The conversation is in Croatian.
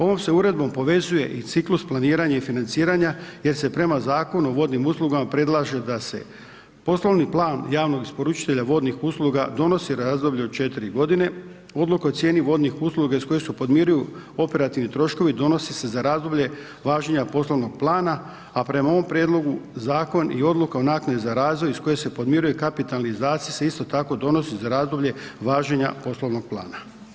Ovom se uredbom povezuje i ciklus planiranja i financiranja jer se prema Zakonu o vodnim uslugama predlaže da se poslovni plan javnog isporučitelja vodnih usluga donosi na razdoblje od 4 g., odluka o cijeni vodnih usluga iz koje se podmiruju operativni troškovi donosi se za razdoblje važenja poslovnog plana a prema ovom prijedlogu zakona i odluka o naknadi za razvoj iz koje se podmiruje kapitalni izdaci se isto tako donosi za razdoblje važenja poslovnog plana.